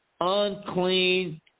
unclean